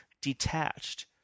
detached